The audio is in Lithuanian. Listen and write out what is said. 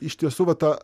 iš tiesų va ta